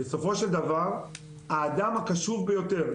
בסופו של דבר האדם הקשוב ביותר,